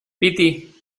piti